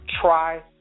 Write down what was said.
Try